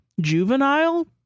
juvenile